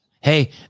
Hey